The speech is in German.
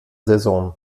saison